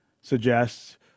suggests